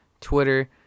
Twitter